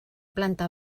planta